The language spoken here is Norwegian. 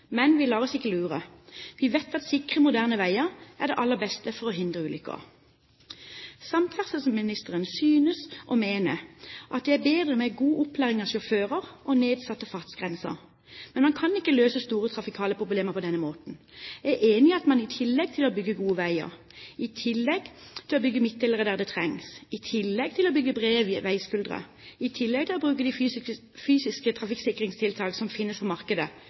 Men vi lar oss ikke lure. Vi vet at sikre, moderne veier er det aller beste for å hindre ulykker. Samferdselsministeren synes å mene at det er bedre med god opplæring av sjåfører og nedsatte fartsgrenser. Men man kan ikke løse store trafikale problemer på denne måten. Jeg er enig i at man i tillegg til å bygge gode veier, i tillegg til å bygge midtdelere der det trengs, i tillegg til å bygge brede veiskuldre, i tillegg til å bruke de fysiske trafikksikringstiltakene som finnes på markedet,